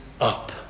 up